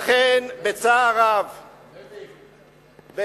לכן בצער רב, זאביק, זה